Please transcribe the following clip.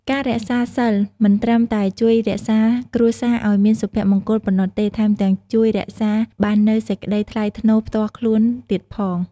ការរក្សាសីលមិនត្រឹមតែជួយថែរក្សាគ្រួសារឲ្យមានសុភមង្គលប៉ុណ្ណោះទេ ថែមទាំងជួយរក្សាបាននូវសេចក្តីថ្លៃថ្នូរផ្ទាល់ខ្លួនទៀតផង។